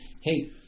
hey